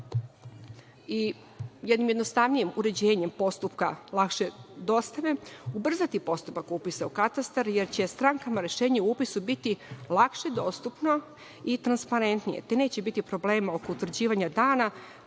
i jednim jednostavnijim uređenjem postupka lakše dostave ubrzati postupak upisa u katastar, jer će strankama rešenje o upisu biti lakše dostupno i transparentnije, te neće biti problema oko utvrđivanja dana